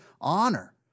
honor